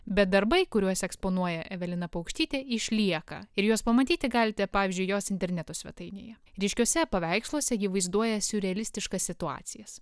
bet darbai kuriuos eksponuoja evelina paukštytė išlieka ir juos pamatyti galite pavyzdžiui jos interneto svetainėje ryškiuose paveiksluose ji vaizduoja siurrealistiškas situacijas